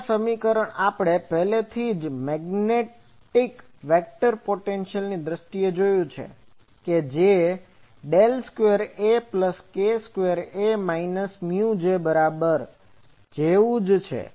અને આ સમીકરણ આપણે પહેલાથી જ મેગ્નેટિક વેક્ટર પોટેન્શિઅલની દ્રષ્ટિએ જોયું છે કે જે 2AZK2AZ μJZ del square A plus K square A એ માઈનસ મ્યુ J બરાબરજેવું જ છે